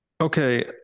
okay